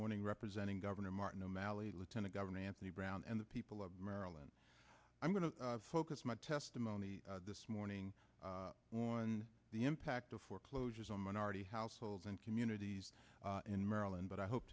morning representing governor martin o'malley lieutenant governor anthony brown and the people of maryland i'm going to focus my testimony this morning on the impact of foreclosures on minority households and communities in maryland but i hope